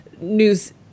news